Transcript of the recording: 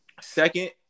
second